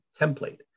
template